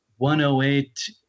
108